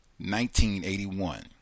1981